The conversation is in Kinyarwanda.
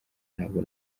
ntabwo